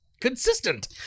consistent